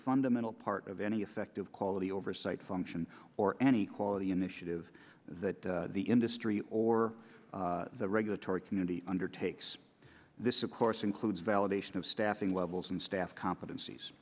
fundamental part of any effective quality oversight function or any quality initiative that the industry or the regulatory community undertakes this of course includes validation of staffing levels and staff co